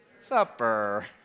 supper